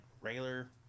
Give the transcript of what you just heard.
regular